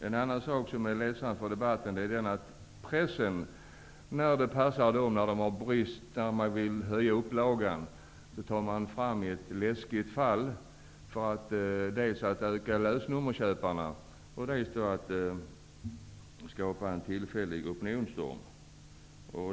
En annan sak som är ledsam är att pressen tar fram ''läskiga'' fall, dels för att öka antalet lösnummerköpare, dels för att skapa en tillfällig opinionsstorm.